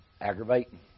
aggravating